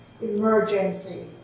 emergency